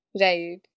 Right